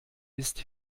ist